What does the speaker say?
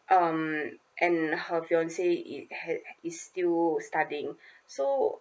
um and her fiance it ha~ is still studying so